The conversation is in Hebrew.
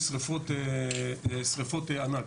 שריפות ענק.